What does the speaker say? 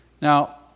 Now